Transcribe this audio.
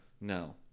no